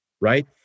right